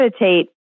meditate